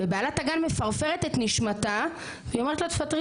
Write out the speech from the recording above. ובעלת הגן מפרפרת את נשמתה והיא אומרת תפטרי